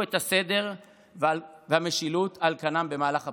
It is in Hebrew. את הסדר והמשילות על כנם במהלך הפרעות.